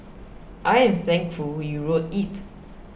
I am thankful you wrote it